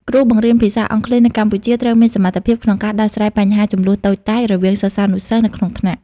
គ្រូបង្រៀនភាសាអង់គ្លេសនៅកម្ពុជាត្រូវមានសមត្ថភាពក្នុងការដោះស្រាយបញ្ហាជម្លោះតូចតាចរវាងសិស្សានុសិស្សនៅក្នុងថ្នាក់។